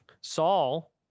Saul